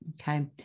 Okay